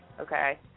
okay